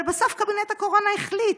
אבל בסוף קבינט הקורונה החליט.